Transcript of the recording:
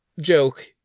joke